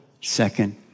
second